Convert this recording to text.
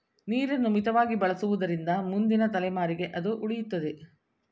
ನೀರನ್ನು ಮಿತವಾಗಿ ಬಳಸುವುದರಿಂದ ಮುಂದಿನ ತಲೆಮಾರಿಗೆ ಅದು ಉಳಿಯುತ್ತದೆ